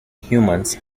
humans